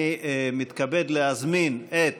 אני מתכבד להזמין את